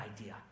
idea